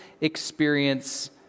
experience